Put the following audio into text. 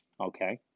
Okay